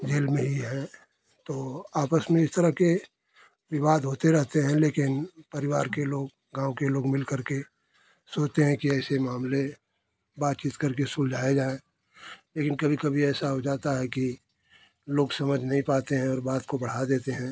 jail में ही है तो आपस में इस तरह के विवाद होते रहते हैं लेकिन परिवार के लोग गाँव के लोग मिल करके सोचते हैं कि ऐसे मामले बातचीत करके सुलझाए जाए लेकिन कभी कभी ऐसा हो जाता है कि लोग समझ नहीं पाते हैं और बात को बढ़ा देते हैं